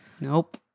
Nope